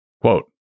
Quote